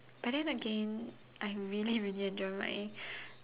but then again I really really enjoy my